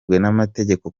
n’amategeko